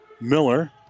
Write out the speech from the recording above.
Miller